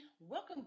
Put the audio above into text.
welcome